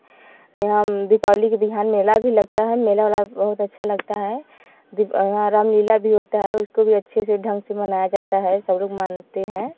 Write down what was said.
यहाँ दीपावली के बिहान मेला भी लगता है मेला उला बहुत अच्छा लगता है दीप यहाँ रामलीला भी होता है उसको भी अच्छे से ढंग से मनाया जाता है सगरो मानते हैं